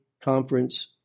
conference